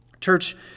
Church